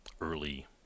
early